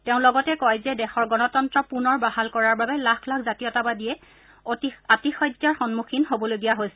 তেওঁ লগতে কয় যে দেশৰ গণতন্ত্ৰ পূনৰ বাহাল কৰাৰ বাবে লাখ লাখ জাতীয়তাবাদীয়ে আতিশায্যৰ সন্মুখীন হ'বলগীয়া হৈছিল